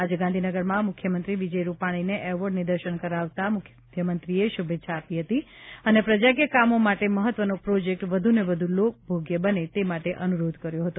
આજે ગાંધીનગરમાં મુખ્યમંત્રી વિજયભાઇ રૂપાણીને એવોર્ડ નિદર્શન કરાવતા મુખ્યમંત્રીએ શુભેચ્છા આપી હતી અને પ્રજાકીય કામો માટે મહત્વનો પ્રોજેક્ટ વધુને વ્ધુ લોકભોગ્ય બને તે માટે અનુરોધ કર્યો હતો